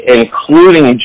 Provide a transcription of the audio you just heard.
including